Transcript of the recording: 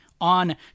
on